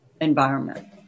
environment